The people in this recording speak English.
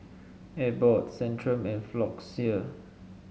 Abbott Centrum and Floxia